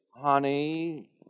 Honey